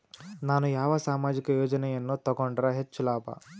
ನಾನು ಯಾವ ಸಾಮಾಜಿಕ ಯೋಜನೆಯನ್ನು ತಗೊಂಡರ ಹೆಚ್ಚು ಲಾಭ?